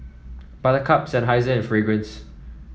Buttercup Seinheiser and Fragrance